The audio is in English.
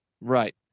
right